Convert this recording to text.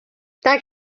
tak